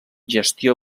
gestió